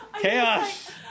Chaos